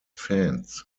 fans